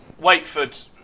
Wakeford